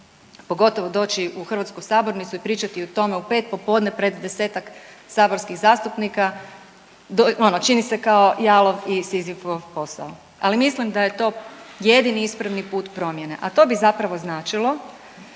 pogotovo doći u hrvatsku sabornicu i pričati o tome u 5 popodne pred 10-tak saborskih zastupnika ono čini se kao jalov i Sizifov posao, ali mislim da je to jedini ispravni put promjene, a to bi zapravo značilo